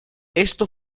esto